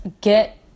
get